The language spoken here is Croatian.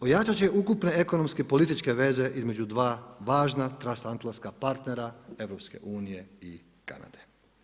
Ojačati će ukupne ekonomske i političke veze između dva važna transatlantska partnera EU i Kanade.